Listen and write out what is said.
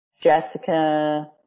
Jessica